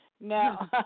No